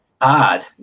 odd